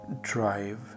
drive